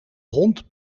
hond